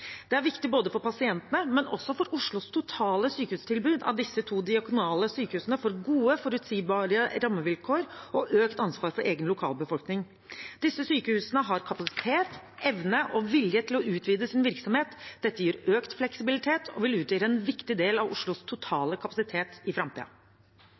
Det er viktig for pasientene, men også for Oslos totale sykehustilbud at disse to diakonale sykehusene får gode, forutsigbare rammevilkår og økt ansvar for egen lokalbefolkning. Disse sykehusene har kapasitet, evne og vilje til å utvide sin virksomhet. Dette gir økt fleksibilitet og vil utgjøre en viktig del av Oslos